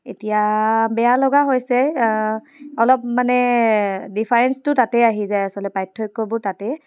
এতিয়া বেয়া লগা হৈছে অলপ মানে ডিফাৰেঞ্চটো তাতে আহি যায় আচলতে পাৰ্থক্যবোৰ তাতেই